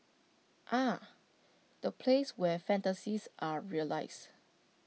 ah the place where fantasies are realised